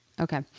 Okay